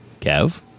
Kev